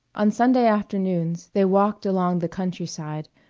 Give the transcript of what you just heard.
on sunday afternoons they walked along the countryside,